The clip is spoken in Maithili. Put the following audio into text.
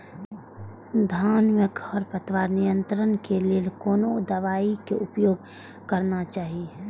धान में खरपतवार नियंत्रण के लेल कोनो दवाई के उपयोग करना चाही?